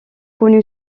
connue